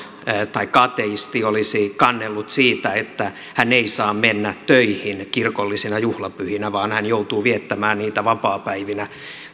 taikka ateisti olisi kannellut siitä että hän ei saa mennä töihin kirkollisina juhlapyhinä vaan joutuu viettämään niitä vapaapäivinä